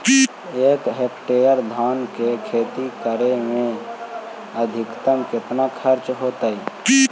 एक हेक्टेयर धान के खेती करे में अधिकतम केतना खर्चा होतइ?